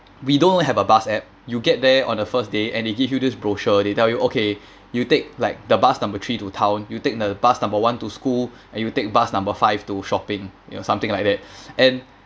we don't have a bus app you get there on the first day and they give you this brochure they tell you okay you take like the bus number three to town you take the bus number one to school and you take bus number five to shopping something like that and